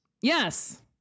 Yes